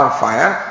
fire